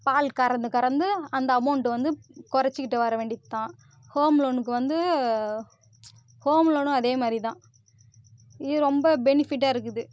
பால் கறந்து கறந்து அந்த அமௌண்ட்டு வந்து குறச்சிக்கிட்டு வரவேண்டியதுதான் ஹோம் லோனுக்கு வந்து ஹோம் லோனும் அதே மாதிரிதான் இது ரொம்ப பெனிஃபிட்டாக இருக்குது